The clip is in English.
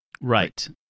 Right